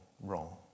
wrong